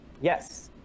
Yes